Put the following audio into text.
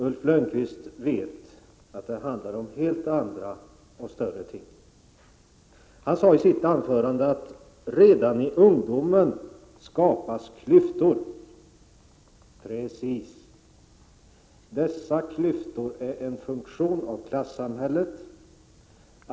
Ulf Lönnqvist vet att det handlar om helt andra och större ting. Han sade i sitt anförande att redan i ungdomen skapas klyftor. Precis! Dessa klyftor är en funktion av klassamhället.